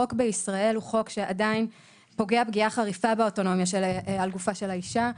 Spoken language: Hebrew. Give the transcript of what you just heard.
החוק בישראל עדיין פוגע פגיעה חריפה באוטונומיה על גופה של האישה.